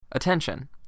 Attention